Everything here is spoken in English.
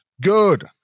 good